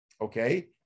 Okay